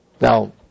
Now